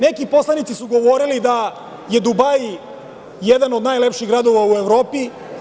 Neki poslanici su govorili da je Dubaji jedan od najlepših gradova u Evropi.